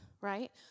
right